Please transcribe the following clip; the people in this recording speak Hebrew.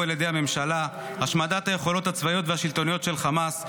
על ידי הממשלה: השמדת היכולות הצבאיות והשלטוניות של חמאס,